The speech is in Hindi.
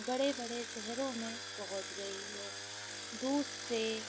बड़े बड़े शहरों में पहुँच गई है दूध से